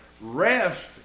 rest